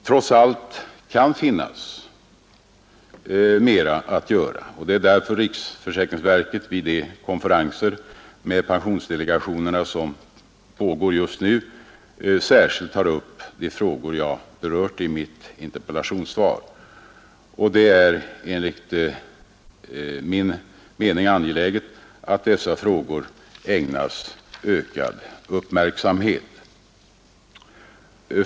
Trots allt kan här finnas mera att göra, och det är därför riksförsäkringsverket vid de konferenser med pensionsdelegationerna som pågår just nu särskilt tar upp de frågor jag berört i mitt interpellationssvar. Det är enligt min mening angeläget att dessa frågor ägnas ökad uppmärksamhet.